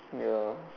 ya